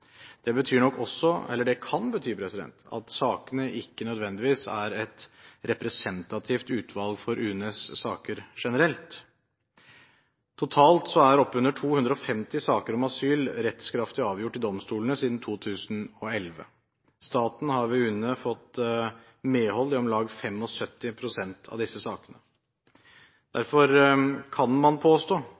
Det kan bety at sakene ikke nødvendigvis er et representativt utvalg for UNEs saker generelt. Totalt er oppunder 250 saker om asyl rettskraftig avgjort i domstolene siden 2011. Staten har ved UNE fått medhold i om lag 75 pst. av disse sakene. Derfor kan man påstå